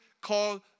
called